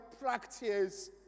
practice